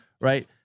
Right